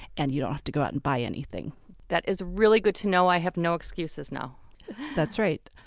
and you don't have to go out and buy anything that is really good to know. i have no excuses now that's right.